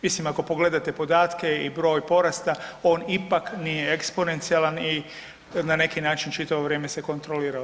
Mislim, ako pogledate podatke i broj porasta, on ipak nije eksponencijalan i na neki način, čitavo vrijeme se kontrolirao.